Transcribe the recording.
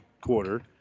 quarter